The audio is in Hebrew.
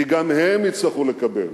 כי גם הם יצטרכו לקבל